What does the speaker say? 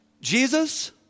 Jesus